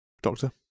Doctor